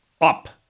up